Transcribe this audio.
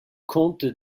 konnte